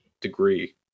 degree